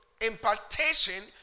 impartation